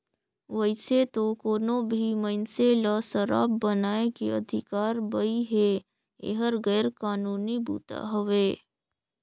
वइसे तो कोनो भी मइनसे ल सराब बनाए के अधिकार बइ हे, एहर गैर कानूनी बूता हवे